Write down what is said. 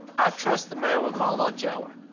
i trust the man with my lunch hour.